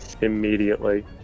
Immediately